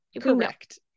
Correct